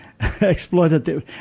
Exploitative